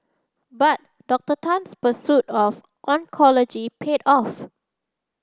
but Doctor Tan's pursuit of oncology paid off